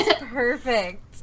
perfect